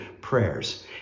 prayers